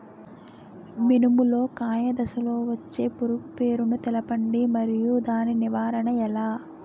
మినుము లో కాయ దశలో వచ్చే పురుగు పేరును తెలపండి? మరియు దాని నివారణ ఎలా?